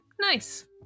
Nice